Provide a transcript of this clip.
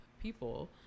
people